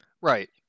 Right